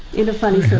in a funny